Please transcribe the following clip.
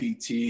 PT